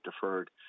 deferred